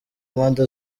mpande